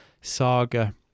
saga